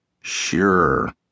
Sure